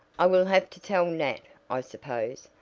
i will have to tell nat, i suppose,